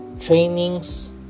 trainings